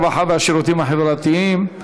הרווחה והשירותים החברתיים,